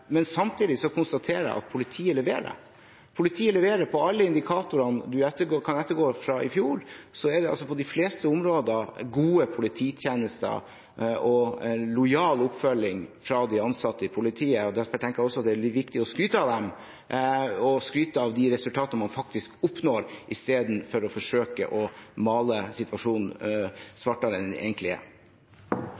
Men samtidig konstaterer jeg at politiet leverer. Politiet leverer på alle indikatorene som kan ettergås fra i fjor. På de fleste områder er det gode polititjenester og lojal oppfølging fra de ansatte i politiet. Jeg tenker at det også er viktig å skryte av dem og skryte av de resultatene man faktisk oppnår, istedenfor å forsøke å male situasjonen